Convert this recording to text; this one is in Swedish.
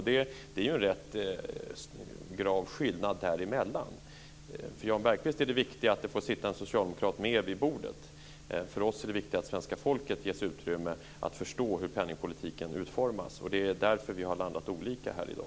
Det är ju en rätt grav skillnad däremellan. För Jan Bergqvist är det viktiga att det får sitta en socialdemokrat med vid bordet. För oss är det viktiga att svenska folket ges utrymme att förstå hur penningpolitiken utformas. Det är därför vi har landat olika här i dag.